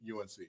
UNC